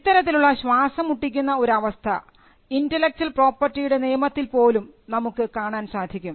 ഇത്തരത്തിലുള്ള ശ്വാസംമുട്ടിക്കുന്ന ഒരു അവസ്ഥ ഇന്റെലക്ച്വൽ പ്രോപ്പർട്ടിയുടെ നിയമത്തിൽ പോലും നമുക്ക് കാണാൻ സാധിക്കും